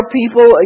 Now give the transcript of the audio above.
people